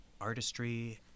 artistry